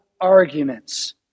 arguments